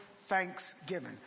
thanksgiving